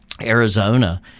Arizona